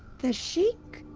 the sheik?